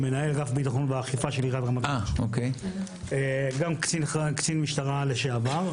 גם קצין משטרה לשעבר.